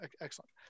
excellent